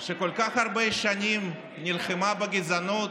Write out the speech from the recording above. שכל כך הרבה שנים נלחמה בגזענות,